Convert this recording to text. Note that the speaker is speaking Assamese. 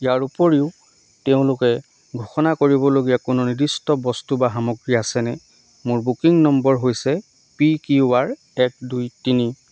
ইয়াৰ উপৰিও তেওঁলোকে ঘোষণা কৰিবলগীয়া কোনো নিৰ্দিষ্ট বস্তু বা সামগ্ৰী আছেনে মোৰ বুকিং নম্বৰ হৈছে পি কিউ আৰ এক দুই তিনি